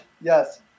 Yes